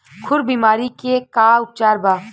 खुर बीमारी के का उपचार बा?